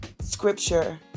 scripture